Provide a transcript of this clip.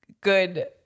good